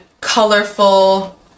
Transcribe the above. colorful